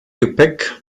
gepäck